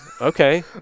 okay